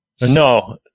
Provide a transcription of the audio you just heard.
No